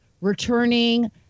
returning